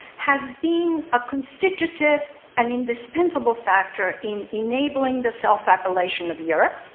has been a constitutive and indispensable factor in enabling the self-appellation of europe,